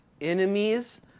enemies